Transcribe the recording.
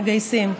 מגייסים.